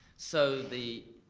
so the,